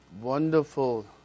wonderful